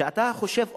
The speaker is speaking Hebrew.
שאתה חושב,